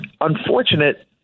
unfortunate